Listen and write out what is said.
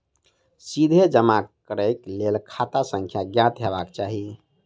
सीधे जमा करैक लेल खाता संख्या ज्ञात हेबाक चाही